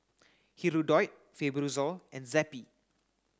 Hirudoid Fibrosol and Zappy